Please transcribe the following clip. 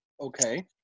Okay